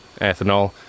ethanol